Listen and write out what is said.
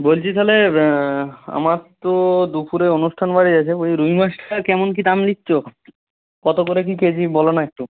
বলছি তাহলে আমার তো দুপুরে অনুষ্ঠান বাড়ি আছে বলছি রুই মাছ কেমন কী দাম নিচ্ছ কত করে কী কেজি বলো না একটু